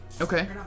Okay